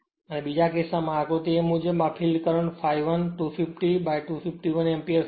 અને બીજા કિસ્સામાં આકૃતી a મુજબ આ ફિલ્ડ કરંટ ∅1 250 by 251 એમ્પીયર થશે